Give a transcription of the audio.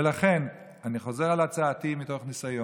ולכן אני חוזר על הצעתי, מתוך ניסיון,